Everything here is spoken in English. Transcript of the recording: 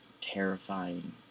terrifying